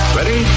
Ready